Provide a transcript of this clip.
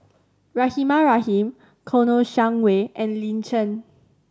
Rahimah Rahim Kouo Shang Wei and Lin Chen